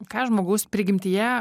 ką žmogaus prigimtyje